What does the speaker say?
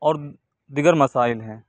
اور دیگر مسائل ہیں